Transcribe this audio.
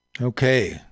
Okay